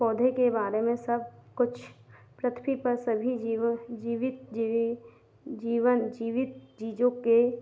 पौधे के बारे में सब कुछ पृथ्वी पर सभी जीवों जीवित जीवी जीवन जीवित चीज़ों के